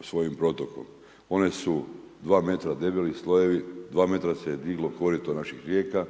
svojim protokom. One su 2 m debeli slojevi, 2 m se je diglo korito naših rijeka,